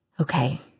Okay